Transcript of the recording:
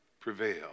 prevail